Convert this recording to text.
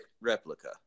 replica